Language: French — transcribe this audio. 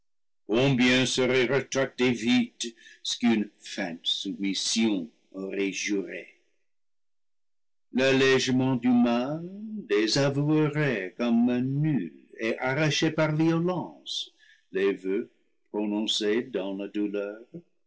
combien serait rétracté vile ce qu'une feinte soumission aurait juré l'allégement du mal désavouerait comme nuls et arrachés par la violence des voeux prononcés dans la douleur